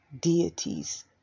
Deities